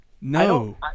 No